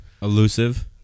Elusive